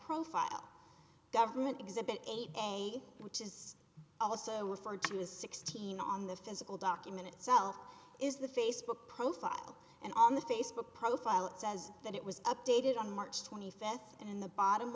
profile government exhibit eight a which is also referred to as sixteen on the physical document itself is the facebook profile and on the facebook profile it says that it was updated on march twenty fifth and in the bottom